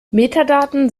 metadaten